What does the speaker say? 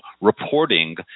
reporting